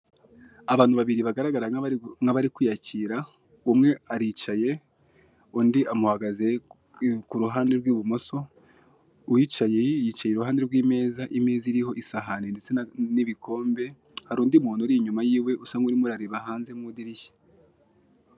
Abantu babiri bagaragara bk'abari kwiyakira umwe aricaye undi amauhagaze ku ruhande rw'ibumoso uwicaye yicaye iruhande rw'ameza, imeza iriho isahani ndetse n'ibikombe hari undi muntu uri inyuma yiwe usa nk'urimo urareba hanze mu idirishya.